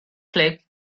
click